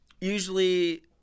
usually